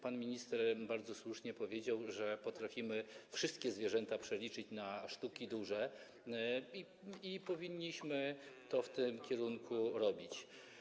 Pan minister bardzo słusznie powiedział, że potrafimy wszystkie zwierzęta przeliczyć na sztuki duże, i powinniśmy to w tym kierunku robić.